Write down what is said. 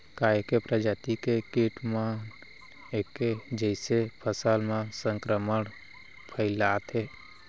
का ऐके प्रजाति के किट मन ऐके जइसे फसल म संक्रमण फइलाथें?